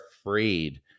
afraid